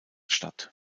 statt